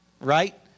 right